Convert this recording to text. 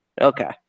Okay